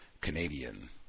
Canadian